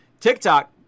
TikTok